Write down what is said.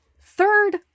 Third